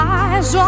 eyes